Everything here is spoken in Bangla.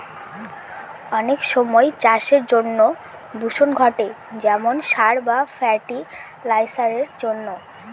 অনেক সময় চাষের জন্য দূষণ ঘটে যেমন সার বা ফার্টি লাইসারের জন্য